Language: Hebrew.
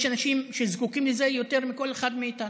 יש אנשים שזקוקים לזה יותר מכל אחד מאיתנו.